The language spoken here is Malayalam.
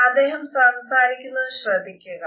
അദ്ദേഹം സംസാരിക്കുന്നത് ശ്രദ്ധിക്കുക